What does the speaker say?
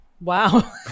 Wow